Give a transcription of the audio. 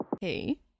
Hey